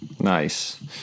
Nice